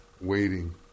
waiting